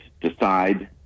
decide